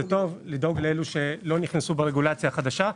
לדאוג לאלה שלא נכנסו ברגולציה החדשה,